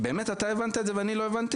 אתה באמת הבנת את זה ואני לא הבנתי?